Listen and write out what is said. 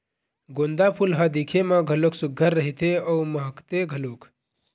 गोंदा फूल ह दिखे म घलोक सुग्घर रहिथे अउ महकथे घलोक